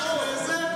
אין.